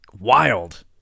wild